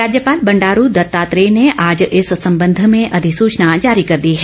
राज्यपाल बंडारू दत्तात्रेय ने आज इस संबंध में अधिसूचना जारी कर दी है